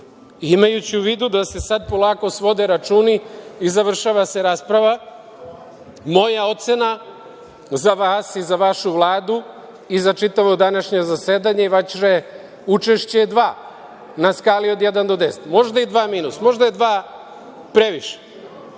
minuta. Imajući u vidu da se sad polako svode računi i završava se rasprava, moja ocena za vas i za vašu Vladu i za čitavo današnje zasedanje i vaše učešće je dva, na skali od jedan do deset, možda i dva minus, možda je dva previše.